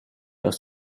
aus